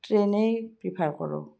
ট্ৰেইনেই prefer কৰোঁ